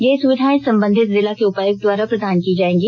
ये सुविधाए संबंधित जिला के उपायुक्त द्वारा प्रदान की जाएगी